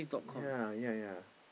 ya ya ya